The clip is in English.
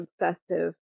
obsessive